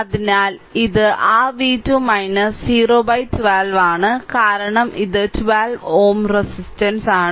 അതിനാൽ ഇത് r v2 012 ആണ് കാരണം ഇത് 12Ω റെസിസ്റ്ററാണ്